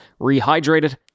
Rehydrated